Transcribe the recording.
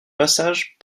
passages